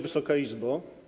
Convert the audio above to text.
Wysoka Izbo!